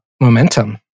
momentum